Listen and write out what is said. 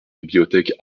bibliothèque